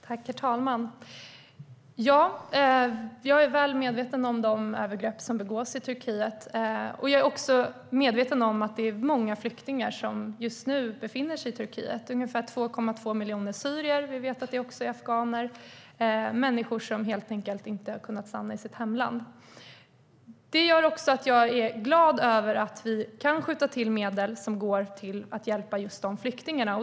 Herr talman! Jag är väl medveten om de övergrepp som begås i Turkiet. Jag är också medveten om att det är många flyktingar som just nu befinner sig i Turkiet. Det är ungefär 2,2 miljoner syrier, och vi vet att där också finns afghaner. Det är människor som helt enkelt inte har kunnat stanna i sitt hemland. Det gör också att jag är glad över att vi kan skjuta till medel som går till att hjälpa just de flyktingarna.